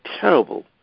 terrible